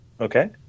Okay